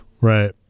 Right